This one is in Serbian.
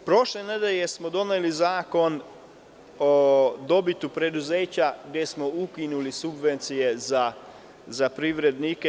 Prošle nedelje smo doneli Zakon o dobiti preduzeća, gde smo ukinuli subvencije za privrednike.